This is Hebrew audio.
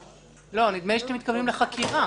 לא, נדמה לי שאתם מתכוונים לחקירה.